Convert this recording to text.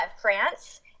France